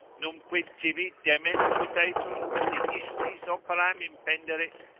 numquid tibi demens videtur, si istis operam impenderit?